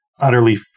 Utterly